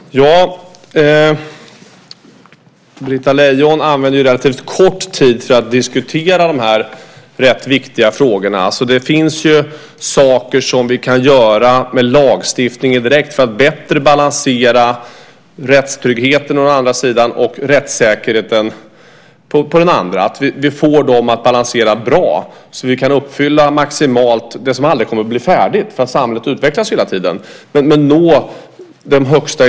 Herr talman! Britta Lejon använde relativt kort tid för att diskutera de här rätt viktiga frågorna. Det finns saker som vi med lagstiftning direkt kan göra för att bättre balansera rättssäkerheten å ena sidan och rättstryggheten å den andra så att vi kan nå det högsta ideal en rättsstat kan önska, men det kommer aldrig att bli färdigt, för samhället utvecklas hela tiden.